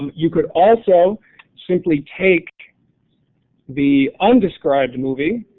you could also simply take the undescribed movie,